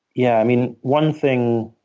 yeah, i mean, one thing